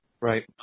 Right